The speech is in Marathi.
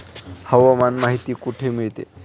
हवामान माहिती कुठे मिळते?